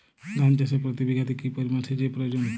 ধান চাষে প্রতি বিঘাতে কি পরিমান সেচের প্রয়োজন?